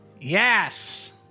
Yes